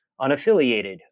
unaffiliated